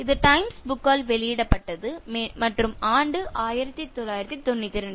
இது டைம்ஸ் புக்ஸால் வெளியிடப்பட்டது மற்றும் ஆண்டு 1992